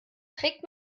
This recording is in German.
trägt